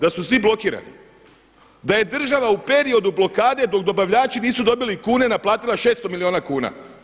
Da su svi blokirani, da je država u periodu blokade dok dobavljači nisu dobili kune naplatila 600 milijuna kuna.